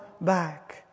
back